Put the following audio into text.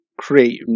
create